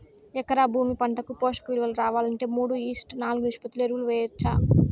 ఎకరా భూమి పంటకు పోషక విలువలు రావాలంటే మూడు ఈష్ట్ నాలుగు నిష్పత్తిలో ఎరువులు వేయచ్చా?